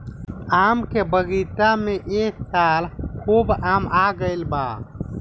आम के बगीचा में ए साल खूब आम आईल बा